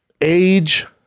Age